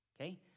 okay